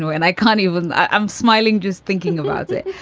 and and i can't even i'm smiling just thinking about it.